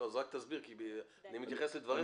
אז רק תסביר, כי אני מתייחס לדבריך.